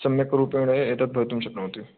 सम्यक् रूपेण एतत् भवितुं शक्नोति